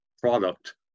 product